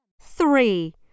three